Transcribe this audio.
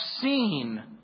seen